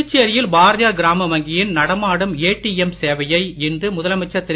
புதுச்சேரியில் பாரதியார் கிராம வங்கியின் நடமாடும் ஏடிஎம் சேவையை இன்று முதலமைச்சர் திரு